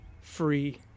free